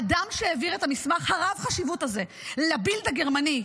אדם שהעביר את המסמך הרב-חשיבות הזה לבילד הגרמני,